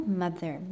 mother